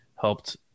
helped